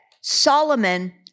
Solomon